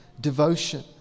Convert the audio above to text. devotion